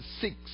six